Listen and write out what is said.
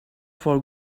for